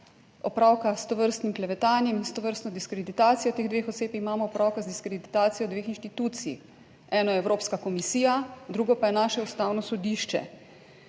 opravka s tovrstnim klevetanjem in s tovrstno diskreditacijo teh dveh oseb, imamo opravka z diskreditacijo dveh inštitucij. Eno je Evropska komisija, drugo pa je naše Ustavno sodišče.